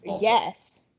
Yes